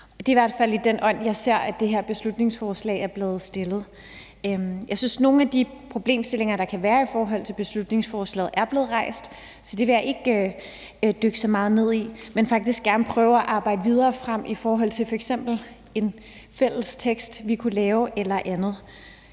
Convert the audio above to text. Det er i hvert fald i den ånd, jeg ser, at det her beslutningsforslag er blevet fremsat. Jeg synes, nogle af de problemstillinger, der kan være i forhold til beslutningsforslaget, er blevet rejst, så dem vil jeg ikke dykke så meget ned i, men faktisk gerne prøve på at arbejde videre frem mod f.eks. en fælles tekst, vi kunne lave, eller andet.